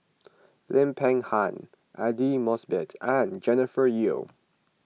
Lim Peng Han Aidli Mosbit and Jennifer Yeo